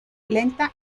lenta